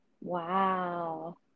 Wow